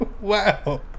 Wow